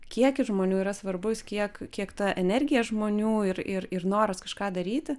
kiekis žmonių yra svarbus kiek kiek ta energija žmonių ir ir ir noras kažką daryti